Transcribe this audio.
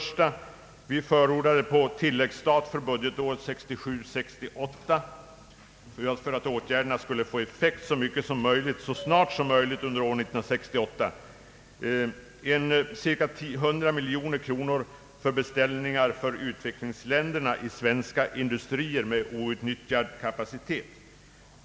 På tilläggsstat för budgetåret 1967/68 — för att åtgärderna skulle få effekt så snart som möjligt under år 1968 — föreslog vi cirka 100 miljoner kronor för beställningar för utvecklingsländerna i svenska industrier med outnyttjad kapacitet.